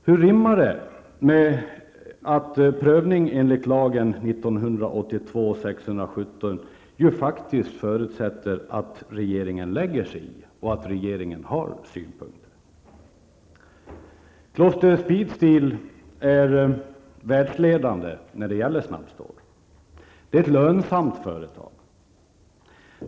Hur rimmar det med att prövningen enligt lagen faktiskt förutsätter att regeringen lägger sig i och har synpunkter? Kloster Speedsteel är världsledande i snabbstålsbranschen, och det är ett lönsamt företag.